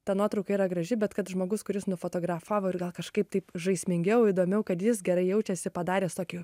ta nuotrauka yra graži bet kad žmogus kuris nufotografavo ir gal kažkaip taip žaismingiau įdomiau kad jis gerai jaučiasi padaręs tokį